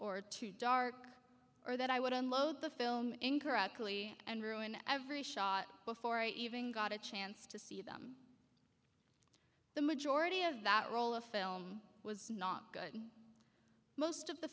or too dark or that i would unload the film incorrectly and ruin every shot before i even got a chance to see them the majority of that roll of film was not most of the